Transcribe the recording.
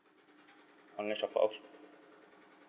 online shopper okay